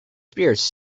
spirits